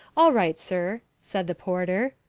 all right, sir, said the porter.